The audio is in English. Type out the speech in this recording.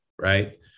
right